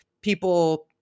people